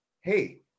Hey